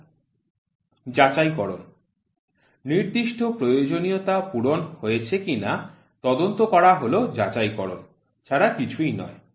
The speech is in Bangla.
স্লাইড টাইম পড়ুন ৩২৩০ যাচাইকরণ নির্দিষ্ট প্রয়োজনীয়তা পূরণ হয়েছে কিনা তদন্ত করা হল যাচাইকরণ ছাড়া কিছুই নয়